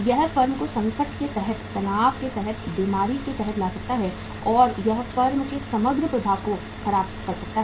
यह फर्म को संकट के तहत तनाव के तहत बीमारी के तहत ला सकता है और यह फर्म के समग्र प्रवाह को खराब कर सकता है